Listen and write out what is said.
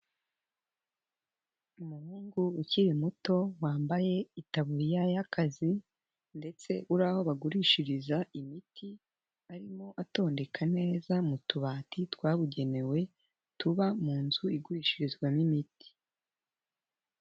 Umuhungu ukiri muto wambaye itaburiya y'akazi ndetse uri aho bagurishiriza imiti arimo atondeka neza mu tubati twabugenewe tuba mu nzu igurishirizwamo imiti.